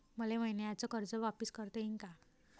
मले मईन्याचं कर्ज वापिस करता येईन का?